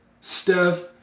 Steph